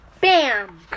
Bam